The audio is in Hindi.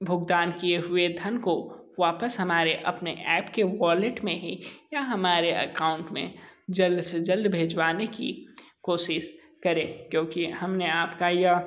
भुगतान किए हुए धन को वापस हमारे अपने ऐप के वॉलेट में ही या हमारे अकाउंट में जल्द से जल्द भिजवाने की कोशिश करें क्योंकि हम ने आप का यह